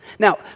Now